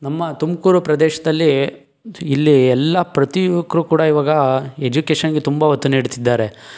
ನಮ್ಮ ತುಮಕೂರು ಪ್ರದೇಶದಲ್ಲಿ ಇಲ್ಲಿ ಎಲ್ಲ ಪ್ರತಿ ಯುವಕರೂ ಕೂಡ ಇವಾಗ ಎಜುಕೇಶನ್ಗೆ ತುಂಬ ಒತ್ತು ನೀಡುತ್ತಿದ್ದಾರೆ